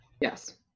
Yes